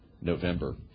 November